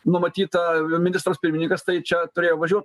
numatyta ministras pirmininkas tai čia turėjo važiuot